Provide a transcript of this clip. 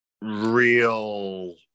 real